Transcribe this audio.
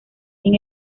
sin